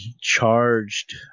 charged